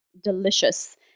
delicious